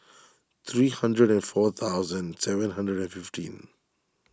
three hundred four thousand seven hundred and fifteen